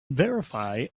verify